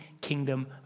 kingdom